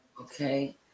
Okay